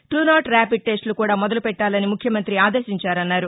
టూనాట్ rapid టెస్టులు కూడా మొదలుపెట్లాలని ముఖ్యమంతి ఆదేశించారన్నారు